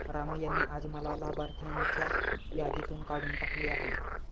राम यांनी आज मला लाभार्थ्यांच्या यादीतून काढून टाकले आहे